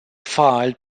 filed